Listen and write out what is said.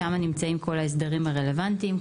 שם נמצאים כל ההסדרים הרלוונטיים,